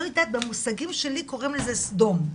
לא יודעת, במושגים שלי קוראים לזה "סדום",